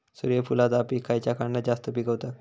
सूर्यफूलाचा पीक खयच्या खंडात जास्त पिकवतत?